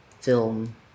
Film